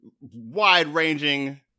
wide-ranging